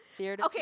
okay